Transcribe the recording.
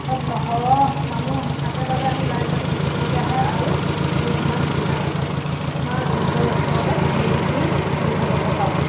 তাত সৰহ মানুহ থাকে বাবে আমি লাইন পাতি থাকিবলগীয়া হয় আৰু আমি সিমান সুবিধা নেপাওঁ আমাৰ নিজৰ ওচৰতে আমি বেছি সুবিধা ল'ব পাৰোঁ